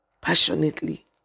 passionately